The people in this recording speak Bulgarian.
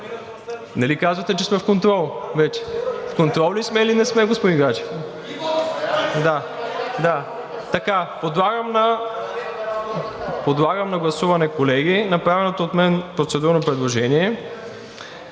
Нали казвате, че сме в контрол вече?! В контрол ли сме, или не сме, господин Гаджев? (Шум и реплики.) Подлагам на гласуване, колеги, направеното от мен процедурно предложение